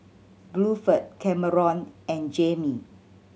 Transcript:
Bluford Kameron and Jayme